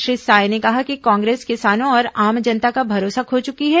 श्री साय ने कहा है कि कांग्रेस किसानों और आम जनता का भरोसा खो चुकी है